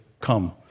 come